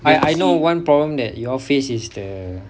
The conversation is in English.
I I know one problem that you all face is the